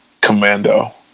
Commando